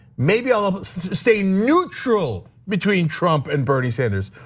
maybe i'll but stay neutral between trump and bernie sanders.